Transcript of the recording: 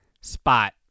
spot